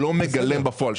שלא מגלם בפועל.